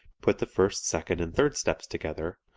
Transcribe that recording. put the first, second and third steps together,